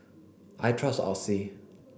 I trust Oxy